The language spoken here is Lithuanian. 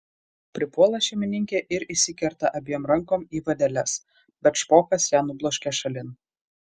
pripuola šeimininkė ir įsikerta abiem rankom į vadeles bet špokas ją nubloškia šalin